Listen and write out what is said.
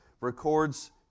records